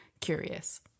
curious